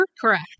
Correct